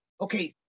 Okay